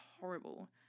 horrible